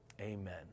Amen